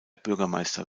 bürgermeister